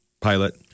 pilot